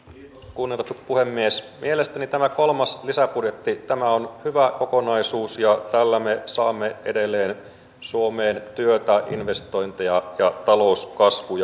kunnioitettu puhemies mielestäni tämä kolmas lisäbudjetti on hyvä kokonaisuus ja tällä me saamme edelleen suomeen työtä investointeja ja talouskasvua